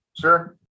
sure